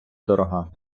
дорога